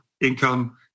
income